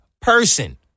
person